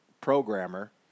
programmer